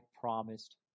promised